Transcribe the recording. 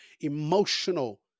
emotional